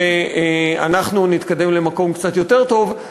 ואנחנו נתקדם למקום קצת יותר טוב,